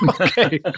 Okay